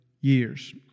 years